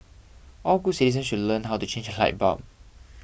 all good citizens should learn how to change a light bulb